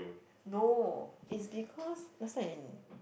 no is because last time in